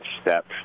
step